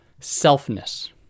selfness